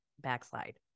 backslide